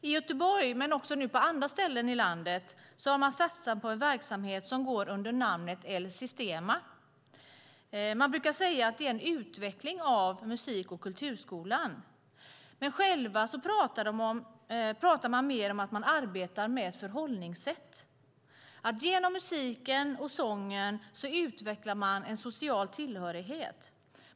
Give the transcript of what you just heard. I Göteborg, men också på andra ställen i landet, har man satsat på en verksamhet som går under namnet El Sistema. Man brukar säga att det är en utveckling av musik och kulturskolan, men själva pratar de mer om att arbeta med förhållningssätt. Genom musiken och sången utvecklar man en social tillhörighet.